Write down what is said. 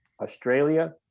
australia